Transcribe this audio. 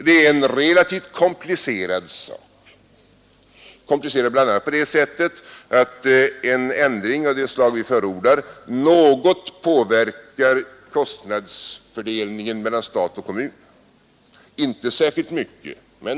Det är en relativt komplicerad sak, bl.a. därigenom att en ändring av det slag vi förordar något påverkar kostnadsfördelningen mellan stat och kommun, låt vara inte särskilt mycket.